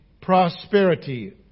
prosperity